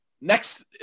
next